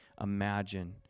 imagine